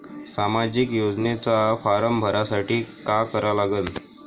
सामाजिक योजनेचा फारम भरासाठी का करा लागन?